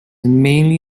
mainly